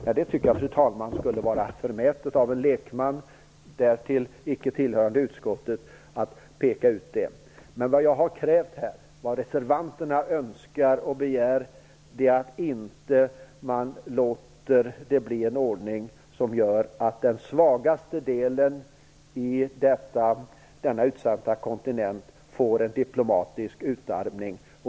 Men, fru talman, jag tycker att det skulle vara förmätet av en lekman, därtill icke tillhörande utskottet, att peka ut det. Vad jag har krävt och vad reservanterna önskar och begär är att man inte låter det bli en ordning som gör att den svagaste delen i denna utsatta kontinent får en diplomatisk utarmning.